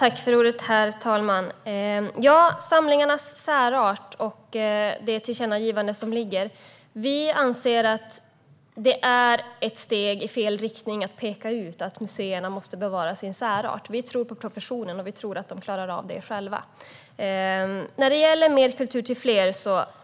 Herr talman! När det gäller samlingarnas särart och det tillkännagivande som ligger anser vi att det är ett steg i fel riktning att påpeka att museerna måste bevara sin särart. Vi tror på professionen, och vi tror att de klarar av detta själva. När det gäller mer kultur till fler